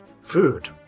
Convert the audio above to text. Food